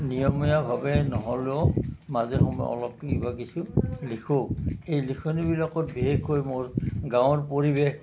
নিয়মীয়াভাৱে নহ'লেও মাজে সময়ে অলপ কিবা কিছু লিখোঁ এই লিখনিবিলাকত বিশেষকৈ মোৰ গাৱঁৰ পৰিৱেশ